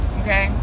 okay